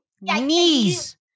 Knees